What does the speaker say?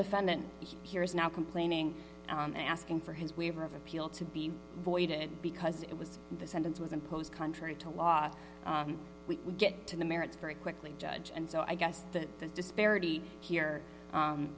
defendant here is now complaining and asking for his waiver of appeal to be voided because it was the sentence was imposed country to law we would get to the merits very quickly judge and so i guess that the disparity here